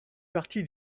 partie